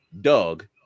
Doug